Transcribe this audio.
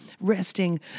resting